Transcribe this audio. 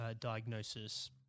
diagnosis